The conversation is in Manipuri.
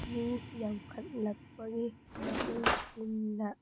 ꯃꯤ ꯌꯥꯝꯈꯠꯂꯛꯄꯒꯤ ꯃꯇꯨꯡꯏꯟꯅ